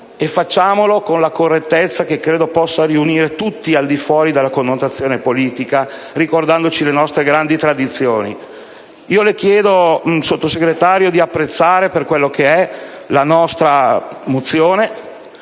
e facciamolo con la correttezza che credo possa riunire tutti, al di fuori della connotazione politica, ricordando le nostre grandi tradizioni. Le chiedo, signora Vice Ministro, di apprezzare la nostra mozione,